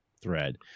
thread